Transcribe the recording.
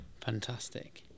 fantastic